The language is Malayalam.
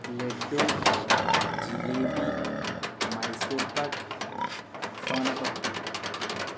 ലെഡ്ഡു ജിലേബി മൈസൂർ പാക്ക് സോനപപ്പിടി